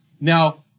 now